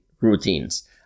routines